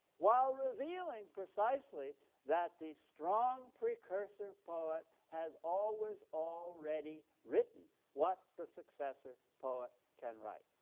while revealing precisely that the strong precursor poet has always already written what the successor poet can write.